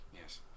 Yes